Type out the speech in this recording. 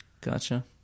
gotcha